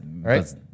right